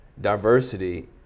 diversity